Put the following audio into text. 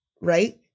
Right